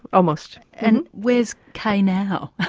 almost. and where's kay now?